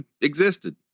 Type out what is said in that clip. existed